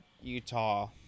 utah